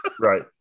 right